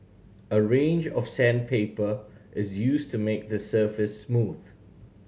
a range of sandpaper is used to make the surface smooth